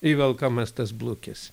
įvelkamas tas blukis